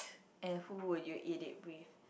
and who would you eat it with